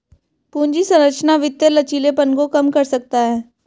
पूंजी संरचना वित्तीय लचीलेपन को कम कर सकता है